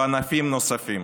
בענפים נוספים.